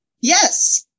Yes